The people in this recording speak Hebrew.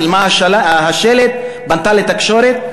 צילמה את השלט ופנתה לתקשורת.